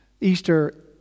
Easter